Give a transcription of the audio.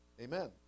Amen